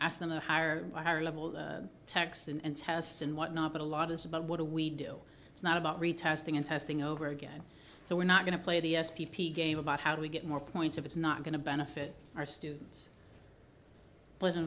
them their higher higher level techs and tests and whatnot but a lot is about what do we do it's not about retesting and testing over again so we're not going to play the s p p game about how do we get more points if it's not going to benefit our students pleasant